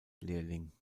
lehrling